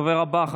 הדובר הבא,